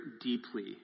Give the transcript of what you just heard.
deeply